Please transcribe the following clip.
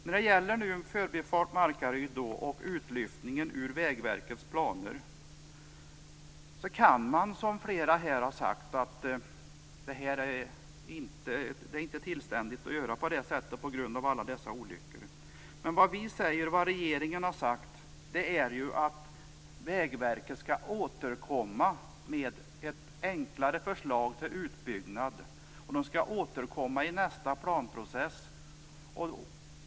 När det gäller utlyftandet av förbifart Markaryd ur Vägverkets planer har flera sagt att detta inte är tillständigt på grund av alla de olyckor som sker. Vi och regeringen har dock sagt att Vägverket skall återkomma med ett enklare förslag till utbyggnad i nästa planeringsomgång.